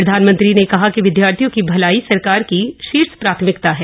प्रधानमंत्री ने कहा कि विदयार्थियों की भलाई सरकार की शीर्ष प्राथमिकता है